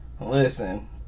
Listen